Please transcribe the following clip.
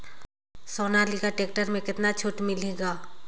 Sonalika tractor म कतका छूट मिलही ग?